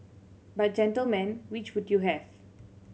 but gentlemen which would you have